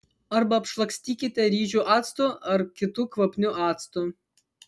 arba apšlakstykite ryžių actu ar kitu kvapniu actu